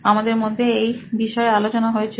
আমাদের মধ্যে এই বিষয় আলোচনা হয়েছিল